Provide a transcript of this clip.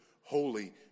holy